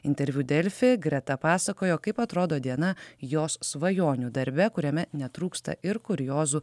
interviu delfi greta pasakojo kaip atrodo diena jos svajonių darbe kuriame netrūksta ir kuriozų